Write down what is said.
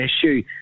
issue